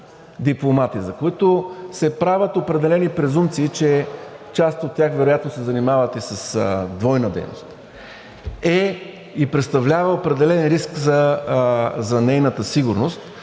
дипломати, за които се правят определени презумпции, че част от тях вероятно се занимават и с двойна дейност, е и представлява определен риск за нейната сигурност